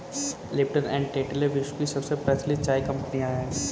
Lipton and Tetley विश्व की सबसे प्रचलित चाय कंपनियां है